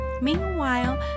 Meanwhile